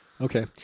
Okay